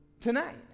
tonight